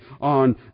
on